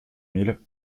mille